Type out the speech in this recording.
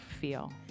feel